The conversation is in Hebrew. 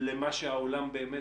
בשלב הזה של הקורונה כן,